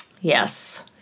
Yes